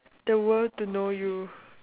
the world to know you